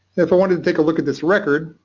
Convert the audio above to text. if i wanted to take a look at this record,